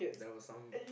there were some